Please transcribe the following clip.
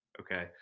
okay